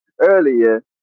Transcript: earlier